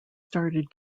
started